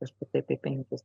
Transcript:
apie penkis